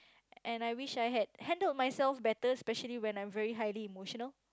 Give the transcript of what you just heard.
and I wish I had handled myself better especially when I'm very highly emotional